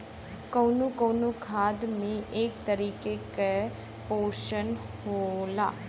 कउनो कउनो खाद में एक तरीके के पोशन होला